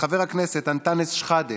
חבר הכנסת אנטאנס שחאדה,